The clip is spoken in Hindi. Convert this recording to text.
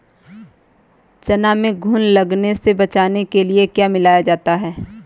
चना में घुन लगने से बचाने के लिए क्या मिलाया जाता है?